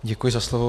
Děkuji za slovo.